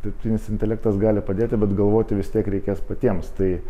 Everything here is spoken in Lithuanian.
dirbtinis intelektas gali padėti bet galvoti vis tiek reikės patiems tai